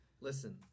Listen